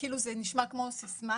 כאילו זה נשמע כמו סיסמה,